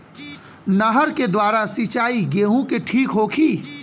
नहर के द्वारा सिंचाई गेहूँ के ठीक होखि?